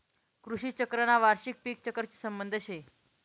कृषी चक्रना वार्षिक पिक चक्रशी संबंध शे